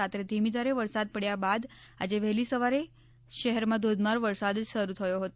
રાત્રે ધીમીધારે વરસાદ પડ્યા બાદ આજે વહેલી સવારે શહેરમાં ધોધમાર વરસાદ શરૂ થયો હતો